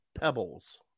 Pebbles